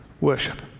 worship